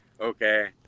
okay